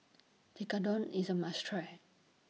Tekkadon IS A must Try